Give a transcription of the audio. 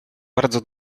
bardzo